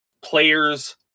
players